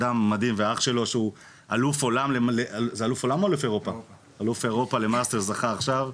ואח שלו שהוא אלוף אירופה למעשה זכה עכשיו,